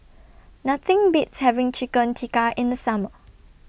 Nothing Beats having Chicken Tikka in The Summer